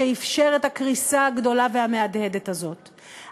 שאִפשר את הקריסה הגדולה והמהדהדת הזאת,